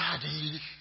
Daddy